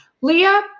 Leah